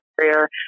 career